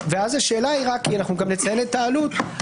נציין את העלות.